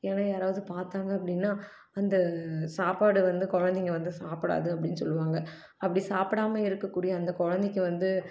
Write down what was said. ஏன்னா யாராவது பார்த்தாங்க அப்படின்னா அந்த சாப்பாடு வந்து குழந்தைங்க வந்து சாப்பிடாது அப்படின்னு சொல்லுவாங்க அப்படி சாப்பிடாம இருக்கக்கூடிய அந்த குழந்தைக்கு வந்து